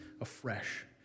afresh